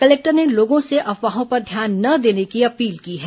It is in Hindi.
कलेक्टर ने लोगों से अफवाहों पर ध्यान न देने की अपील की है